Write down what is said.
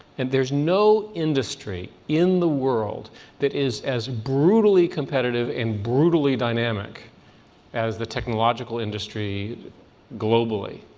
and there's no industry in the world that is as brutally competitive and brutally dynamic as the technological industry globally.